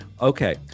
Okay